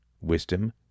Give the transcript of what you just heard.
wisdom